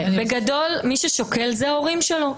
בגדול, מי ששוקל זה ההורים שלו.